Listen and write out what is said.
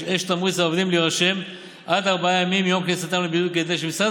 יש תמריץ לעובדים להירשם עד ארבעה ימים מיום כניסתם לבידוד כדי שמשרד